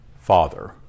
Father